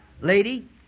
lady